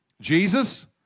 Jesus